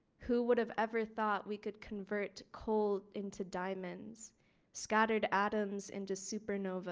who would have ever thought we could convert coal into diamonds scattered atoms into supernovas